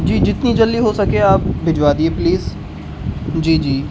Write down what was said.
جی جتنی جلد ہو سکے آپ بھجوا دیے پلیز جی جی